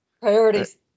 priorities